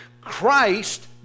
Christ